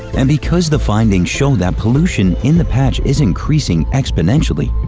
and because the findings show that pollution in the patch is increasing exponentially,